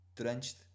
drenched